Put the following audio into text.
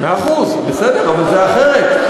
מאה אחוז, בסדר, אבל זה אחרת.